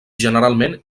generalment